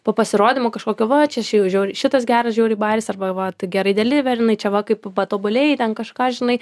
po pasirodymo kažkokio va čia žiau šitas geras žiauriai bajeris arba tai gerai deliverinai čia va kaip patobulėjai ten kažką žinai